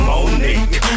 Monique